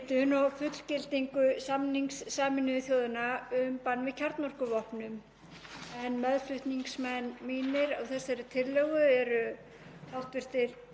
hv. þingmenn Vinstrihreyfingarinnar – græns framboðs, Jódís Skúladóttir, Bjarkey Olsen Gunnarsdóttir, Orri Páll Jóhannsson og Bjarni Jónsson.